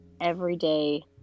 everyday